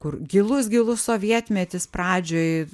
kur gilus gilus sovietmetis pradžioj